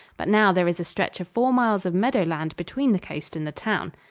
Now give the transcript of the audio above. but now there is a stretch of four miles of meadowland between the coast and the town.